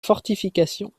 fortifications